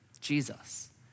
Jesus